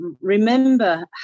remember